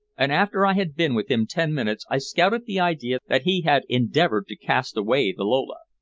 and after i had been with him ten minutes i scouted the idea that he had endeavored to cast away the lola.